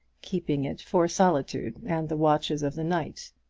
keeping it for solitude and the watches of the night,